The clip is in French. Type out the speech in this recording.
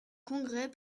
congrès